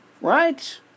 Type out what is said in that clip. Right